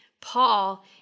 Paul